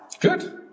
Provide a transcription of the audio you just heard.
Good